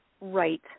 right